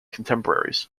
contemporaries